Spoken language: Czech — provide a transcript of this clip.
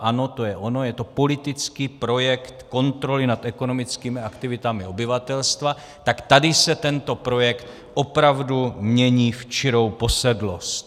Ano, to je ono, je to politický projekt kontroly nad ekonomickými aktivitami obyvatelstva, tak tady se tento projekt opravdu mění v čirou posedlost.